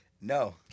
No